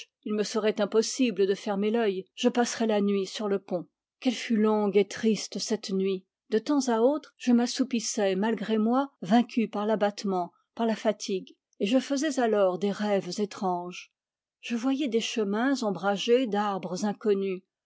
il me serait impossible de fermer l'œil je passerai la nuit sur le pont qu'elle fut longue et triste cette nuit de temps à autre je m'assoupissais malgré moi vaincu par l'abattement par la fatigue et je faisais alors des rêves étranges je voyais des chemins ombragés d'arbres inconnus